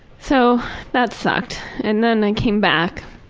so that sucked. and then i came back.